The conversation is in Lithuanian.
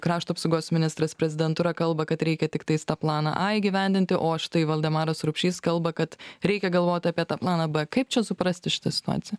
krašto apsaugos ministras su prezidentūra kalba kad reikia tiktais tą planą a įgyvendinti o štai valdemaras rupšys kalba kad reikia galvoti apie tą planą b kaip čia suprasti šitą situaciją